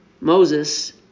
Moses